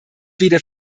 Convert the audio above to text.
weder